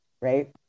right